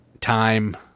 time